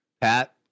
Pat